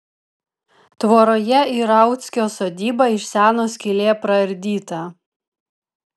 tvoroje į rauckio sodybą iš seno skylė praardyta